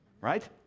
right